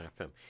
FM